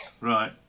Right